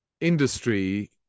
industry